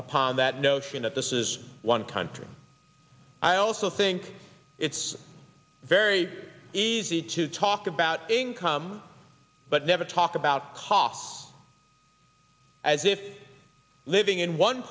upon that notion that this is one country i also think it's very easy to talk about income but never talk about costs as if living in one